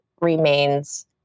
remains